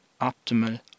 optimal